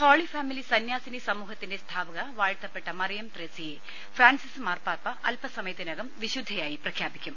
holy family സന്യാസിനി സമൂഹത്തിന്റെ സ്ഥാപക വാഴ്ത്തപ്പെട്ട മറിയം ത്രേസ്യയെ ഫ്രാൻസിസ് മാർപാപ്പ അൽപ സമയത്തിനകം വിശു ദ്ധയായി പ്രഖ്യാപിക്കും